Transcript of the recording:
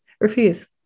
Refuse